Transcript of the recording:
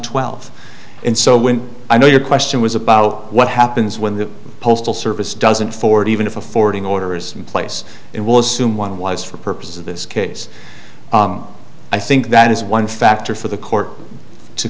twelve and so when i know your question was about what happens when the postal service doesn't forward even if a forwarding order is in place it will soon one wise for purposes of this case i think that is one factor for the court to